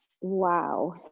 Wow